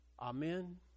Amen